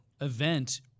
event